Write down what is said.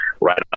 right